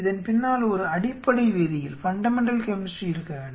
இதன் பின்னால் ஒரு அடிப்படை வேதியியல் இருக்க வேண்டும்